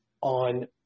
on